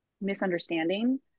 misunderstanding